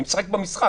אני משחק במשחק.